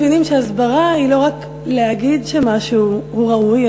מבינים שההסברה היא לא רק להגיד שמשהו ראוי,